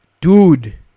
Dude